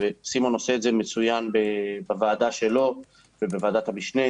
וסימון עושה את זה מצוין בוועדה שלו ובוועדת המשנה.